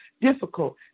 difficult